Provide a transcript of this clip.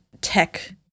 tech